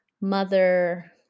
mother